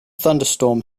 thunderstorm